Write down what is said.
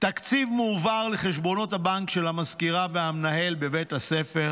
תקציב מועבר לחשבונות הבנק של המזכירה והמנהל בבית הספר